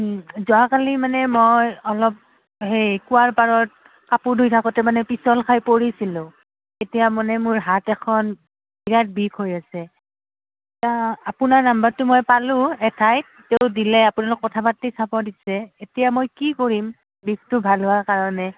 যোৱাকালি মানে মই অলপ সেই কুঁৱাৰ পাৰত কাপোৰ ধুই থাকোঁতে মানে পিছল খাই পৰিছিলোঁ এতিয়া মানে মোৰ হাত এখন বিৰাট বিষ হৈ আছে এতিয়া আপোনাৰ নাম্বাৰটো মই পালোঁ এঠাইত তেওঁ দিলে আপোনাৰ লগত কথা পাতি চাব দিছে এতিয়া মই কি কৰিম বিষটো ভাল হোৱাৰ কাৰণে